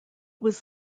was